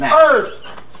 Earth